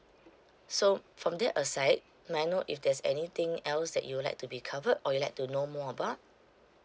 so from there aside may I know if there's anything else that you would like to be covered or you like to know more about